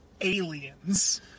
Aliens